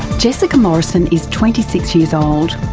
jessica morrison is twenty six years old.